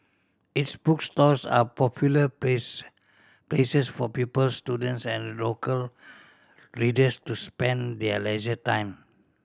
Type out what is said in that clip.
its bookstores are popular place places for pupils students and local readers to spend their leisure time